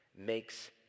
makes